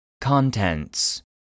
Contents